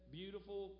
beautiful